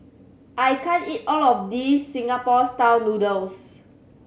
I can't eat all of this Singapore Style Noodles